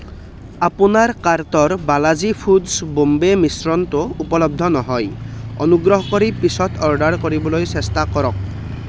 আপোনাৰ কাৰ্টৰ বালাজী ফুডছ্ বম্বে মিশ্ৰণটো উপলব্ধ নহয় অনুগ্ৰহ কৰি পিছত অৰ্ডাৰ কৰিবলৈ চেষ্টা কৰক